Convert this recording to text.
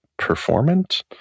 performant